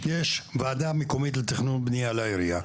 יש ועדה מקומית לתכנון בנייה לעירייה,